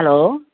hello